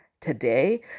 today